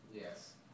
Yes